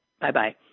Bye-bye